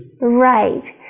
right